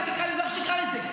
אתה תקרא לזה איך שתקרא לזה.